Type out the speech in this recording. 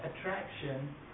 attraction